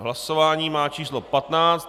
Hlasování má číslo 15.